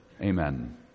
Amen